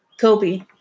Kobe